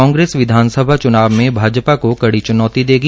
कांग्रेस विधानसभा चुनाव में भाजपा को कड़ी चुनौती देगी